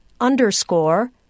underscore